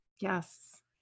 Yes